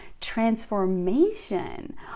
transformation